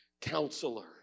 counselor